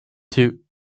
two